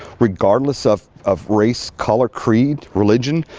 regardless of of race color, creed religion.